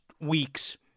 weeks